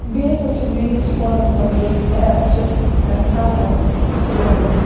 بیٚیہِ ہسا چھِ میٲنِس فونَس منٛز یۄس ایٚپ چھِ سۄ ہسا چھِ